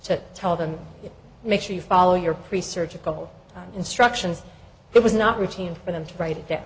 to tell them it makes you follow your pre surgical instructions it was not routine for them to write it down